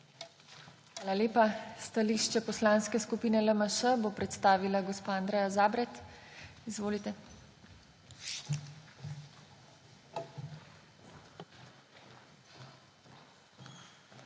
Hvala lepa. Stališče Poslanske skupine LMŠ bo predstavila gospa Andreja Zabret. Izvolite. ANDREJA